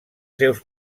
seus